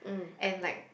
and like